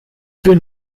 bin